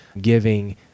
giving